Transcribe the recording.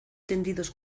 tendidos